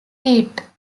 eight